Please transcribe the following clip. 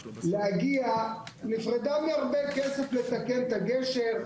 עיריית בני ברק נפרדה מהרבה כסף לתקן את הגשר.